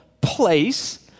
place